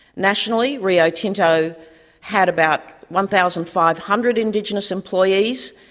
nationally, rio tinto had about one thousand five hundred indigenous employees,